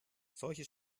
solche